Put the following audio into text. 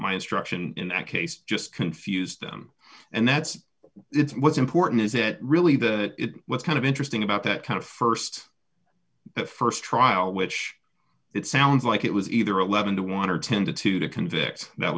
my instruction in that case just confused them and that's what's important is it really that it was kind of interesting about that kind of st first trial which it sounds like it was either eleven to one or ten to two to convict that